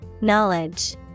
Knowledge